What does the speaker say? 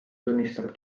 tunnistab